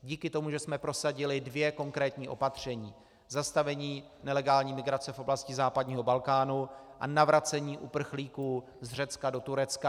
Díky tomu, že jsme prosadili dvě konkrétní opatření zastavení nelegální migrace v oblasti západního Balkánu a navracení uprchlíků z Řecka do Turecka.